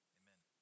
amen